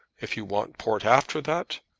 if you want port after that,